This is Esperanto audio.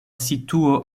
situo